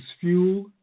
fuel